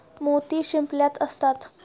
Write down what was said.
मोती शिंपल्यात असतात